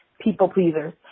people-pleasers